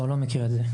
לא מכיר את זה.